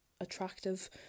attractive